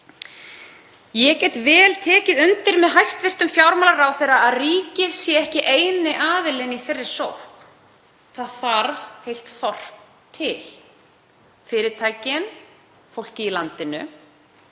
Ég get vel tekið undir með hæstv. fjármálaráðherra að ríkið sé ekki eini aðilinn í þeirri sókn. Það þarf heilt þorp til, fyrirtækin, fólkið í landinu.